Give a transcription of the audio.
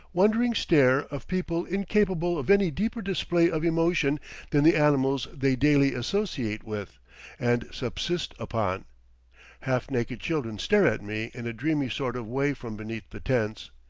wondering stare of people incapable of any deeper display of emotion than the animals they daily associate with and subsist upon half-naked children stare at me in a dreamy sort of way from beneath the tents.